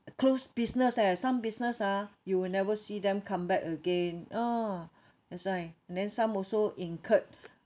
close business eh some business ah you will never see them come back again oh that's why then some also incurred